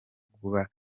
kuba